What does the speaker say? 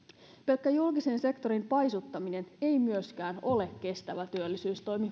pelkkä julkisen sektorin paisuttaminen ei myöskään ole kestävä työllisyystoimi